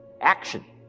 Action